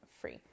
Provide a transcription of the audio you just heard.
free